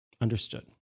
Understood